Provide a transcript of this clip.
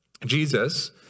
Jesus